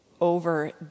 over